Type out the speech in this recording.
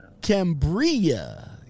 Cambria